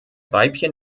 weibchen